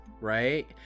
right